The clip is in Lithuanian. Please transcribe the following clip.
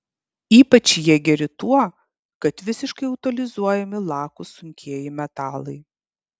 ypač jie geri tuo kad visiškai utilizuojami lakūs sunkieji metalai